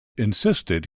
insisted